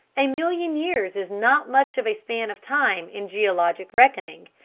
a million years is not much of a span of time in geologic reckoning,